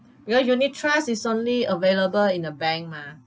because unit trust is only available in a bank mah